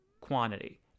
quantity